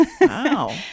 Wow